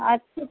আচ্ছা